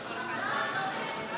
תודה לך, אדוני